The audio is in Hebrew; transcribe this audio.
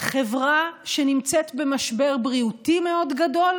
חברה שנמצאת במשבר בריאותי מאוד גדול,